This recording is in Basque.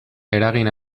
eragin